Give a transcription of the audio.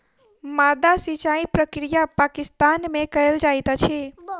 माद्दा सिचाई प्रक्रिया पाकिस्तान में कयल जाइत अछि